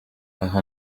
aha